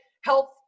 health